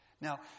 Now